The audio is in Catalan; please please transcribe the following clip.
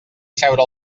asseure